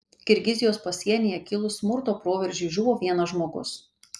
kirgizijos pasienyje kilus smurto proveržiui žuvo vienas žmogus